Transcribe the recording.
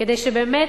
כדי שבאמת